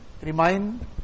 Remind